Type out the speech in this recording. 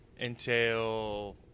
entail